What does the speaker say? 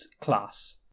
class